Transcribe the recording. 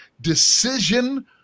decision